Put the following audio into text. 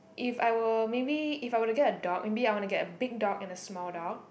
if I were maybe if I were to get a dog maybe I want to get a big dog and a small dog